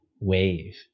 wave